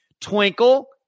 Twinkle